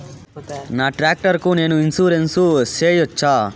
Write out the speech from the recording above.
నా టాక్టర్ కు నేను ఇన్సూరెన్సు సేయొచ్చా?